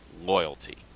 loyalty